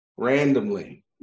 randomly